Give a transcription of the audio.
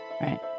right